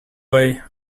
way